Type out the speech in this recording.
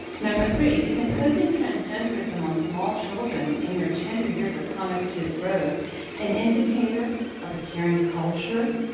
number three, is imposing transgenderism on small children in their tender years of cognitive growth an indicator of a caring culture?